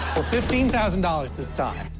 fifteen thousand dollars this time.